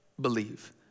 believe